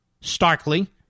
starkly